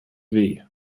mit